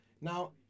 Now